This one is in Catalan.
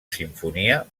simfonia